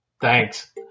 Thanks